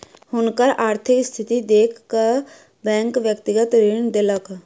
हुनकर आर्थिक स्थिति देख कअ बैंक व्यक्तिगत ऋण देलक